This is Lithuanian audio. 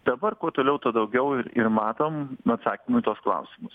dabar kuo toliau tuo daugiau ir ir matom atsakymų į tuos klausimus